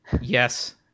Yes